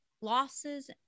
losses